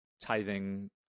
tithing